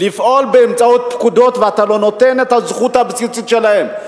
לפעול באמצעות פקודות ואתה לא נותן את הזכות הבסיסית שלהם,